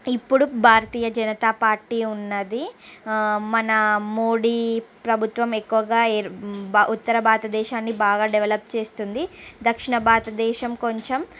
ఇప్పుడు భారతీయ జనతా పార్టీ ఉన్నది మన మోడీ ప్రభుత్వం ఎక్కువగా ఉత్తర భారతదేశాన్ని బాగా డెవలప్ చేస్తుంది దక్షణ భారతదేశం కొంచెం